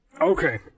Okay